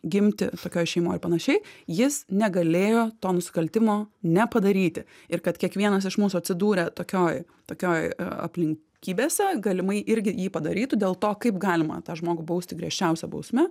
gimti tokioj šeimoj ir panašiai jis negalėjo to nusikaltimo nepadaryti ir kad kiekvienas iš mūsų atsidūrę tokioj tokioj aplinkybėse galimai irgi jį padarytų dėl to kaip galima tą žmogų bausti griežčiausia bausme